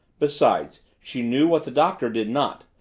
besides, she knew what the doctor did not,